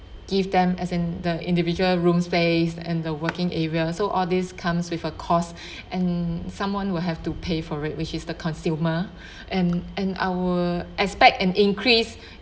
give them as in the individual rooms space and the working area so all these comes with a cost and someone will have to pay for it which is the consumer and and I will expect an increase